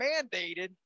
mandated